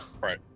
right